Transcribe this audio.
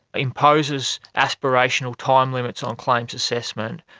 imposes aspirational time limits on claims assessment,